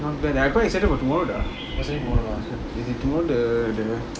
not bad eh I quite excited for tomorrow ah tomorrow the the